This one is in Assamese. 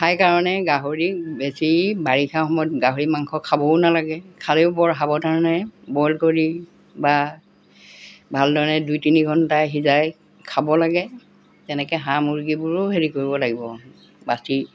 খাই কাৰণে গাহৰি বেছি বাৰিষা সময়ত গাহৰি মাংস খাবও নালাগে খালেও বৰ সাৱধানে বইল কৰি বা ভালদৰে দুই তিনি ঘণ্টা সিজাই খাব লাগে তেনেকৈ হাঁহ মুৰ্গীবোৰো হেৰি কৰিব লাগিব বাচি